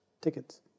tickets